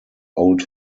old